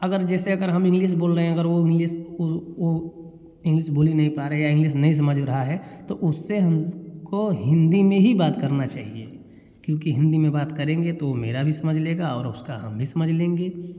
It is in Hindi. अगर जैसे अगर हम इंग्लिस बोल रहे हैं अगर वह इंग्लिस को वह इंग्लिस बोल ही नहीं पा रहा है या इंग्लिस नहीं समझ रहा है तो उससे हम को हिंदी में ही बात करना चाहिए क्योंकि हिंदी में बता करेंगे तो वह मेरा भी समझ लेगा और उसका हम भी समझ लेंगे